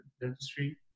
dentistry